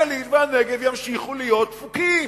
הגליל והנגב ימשיכו להיות דפוקים,